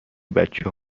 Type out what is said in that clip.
بچه